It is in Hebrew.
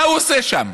מה הוא עושה שם?